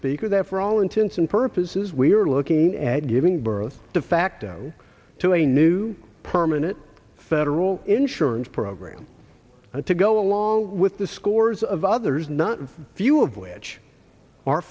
speaker that for all intents and purposes we're looking at giving birth defacto to a new permanent federal insurance program to go along with the scores of others not a few of which are